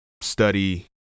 study